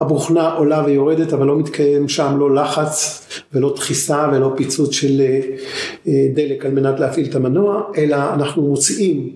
הבוכנה עולה ויורדת אבל לא מתקיים שם לא לחץ ולא דחיסה ולא פיצוץ של דלק על מנת להפעיל את המנוע אלא אנחנו מוציאים.